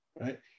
right